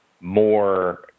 more